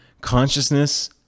Consciousness